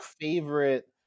favorite